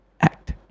act